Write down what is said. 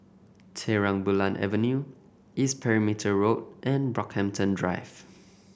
Terang Bulan Avenue East Perimeter Road and Brockhampton Drive